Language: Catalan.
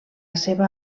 seva